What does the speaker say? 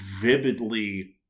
vividly